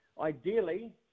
Ideally